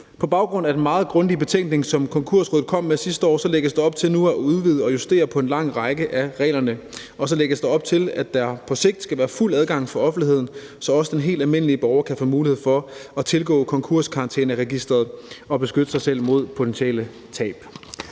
På baggrund af den meget grundige betænkning, som Konkursrådet kom med sidste år, lægges der op til nu at udvide og justere på en lang række af reglerne, og så lægges der op til, at der på sigt skal være fuld adgang for offentligheden, så også den helt almindelige borger kan få mulighed for at tilgå konkurskarantæneregisteret og beskytte sig selv mod potentielle tab.